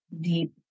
deep